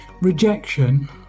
Rejection